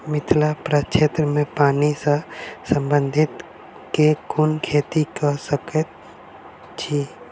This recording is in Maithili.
मिथिला प्रक्षेत्र मे पानि सऽ संबंधित केँ कुन खेती कऽ सकै छी?